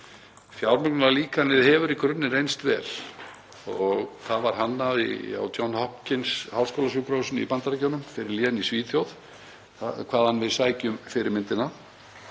Fjármögnunarlíkanið hefur í grunninn reynst vel. Það var hannað á John Hopkins háskólasjúkrahúsinu í Bandaríkjunum, fyrir lén í Svíþjóð, hvaðan við sækjum fyrirmyndina.